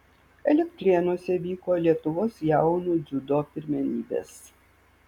elektrėnuose vyko lietuvos jaunių dziudo pirmenybės